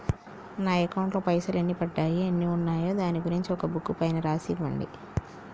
నా అకౌంట్ లో పైసలు ఎన్ని పడ్డాయి ఎన్ని ఉన్నాయో దాని గురించి ఒక బుక్కు పైన రాసి ఇవ్వండి?